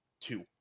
two